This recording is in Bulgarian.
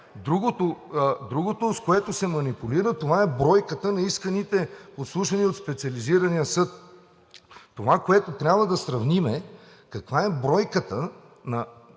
Другото, с което се манипулира, е бройката на исканите подслушвания от Специализирания съд. Това, което трябва да сравним, е: каква е бройката на